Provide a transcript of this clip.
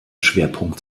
schwerpunkt